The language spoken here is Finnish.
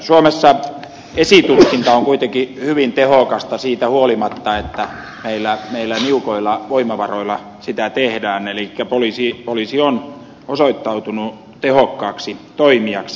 suomessa esitutkinta on kuitenkin hyvin tehokasta siitä huolimatta että meillä niukoilla voimavaroilla sitä tehdään elikkä poliisi on osoittautunut tehokkaaksi toimijaksi